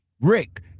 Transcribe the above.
Rick